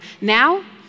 Now